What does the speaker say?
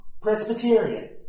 Presbyterian